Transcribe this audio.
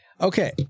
Okay